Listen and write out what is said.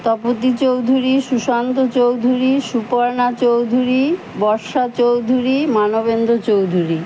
Tapati Chowdhury Sushanta Chowdhury Suparna Chowdhury Barsha Chowdhury Manabendra Chowdhury